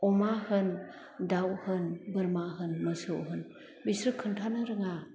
अमा होन दाव होन बोरमा होन मोसौ होन बिसोर खोन्थानो रोङा